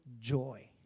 joy